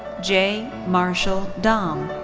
j. marshall daum.